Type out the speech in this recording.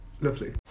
Lovely